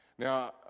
Now